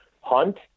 hunt